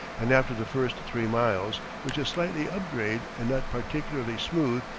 and after the first three miles, which is slightly upgrade and not particularly smooth,